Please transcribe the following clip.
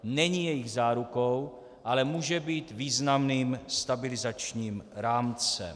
Není jejich zárukou, ale může být významným stabilizačním rámcem.